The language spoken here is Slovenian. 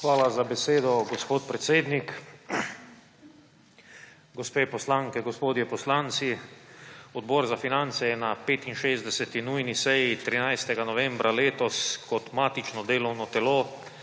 Hvala za besedo, gospod predsednik. Gospe poslanke, gospodje poslanci! Odbor za finance je na 65. nujni seji 13. novembra letos kot matično delovno telo